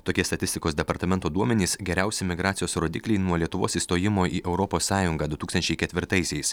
tokie statistikos departamento duomenys geriausi migracijos rodikliai nuo lietuvos įstojimo į europos sąjungą du tūkstančiai ketvirtaisiais